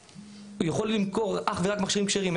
ויכול למכור אך ורק מכשירים כשרים.